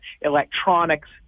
electronics